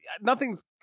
Nothing's